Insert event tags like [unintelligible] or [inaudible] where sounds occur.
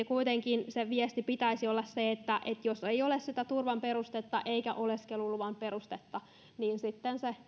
[unintelligible] kuitenkin viestin pitäisi olla se että jos ei ole sitä turvan perustetta eikä oleskeluluvan perustetta niin sitten se